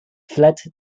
fled